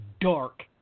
dark